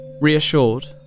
Reassured